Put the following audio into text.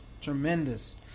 tremendous